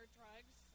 drugs